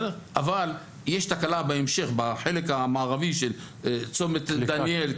יש תקלה בהמשך, בחלק המערבי של צומת דניאל.